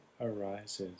arises